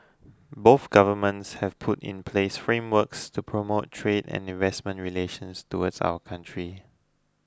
both governments have put in place frameworks to promote trade and investment relations towards our countries